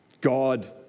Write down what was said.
God